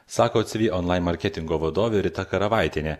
sako cv online marketingo vadovė rita karavaitienė